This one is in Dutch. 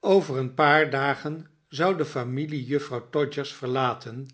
over een paar dagen zou de familie juf frouw todgers verlaten